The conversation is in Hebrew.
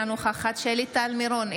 אינה נוכחת שלי טל מירון,